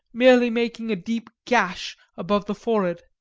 merely making a deep gash above the forehead.